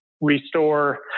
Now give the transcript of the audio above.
restore